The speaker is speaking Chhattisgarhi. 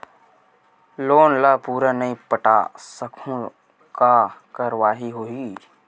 लोन ला पूरा नई पटा सकहुं का कारवाही होही?